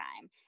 time